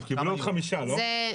הם קיבלו עוד חמישה, לא?